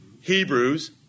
Hebrews